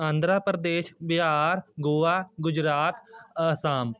Andhra Pradesh Bihar Goa Gujarat Assam